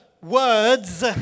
words